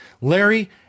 Larry